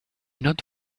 not